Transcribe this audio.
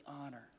honor